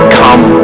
come